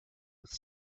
with